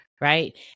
right